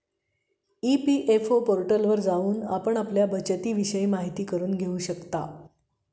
EPFO पोर्टलवर जाऊन आपण आपल्या शिल्लिकविषयी माहिती करून घेऊ शकता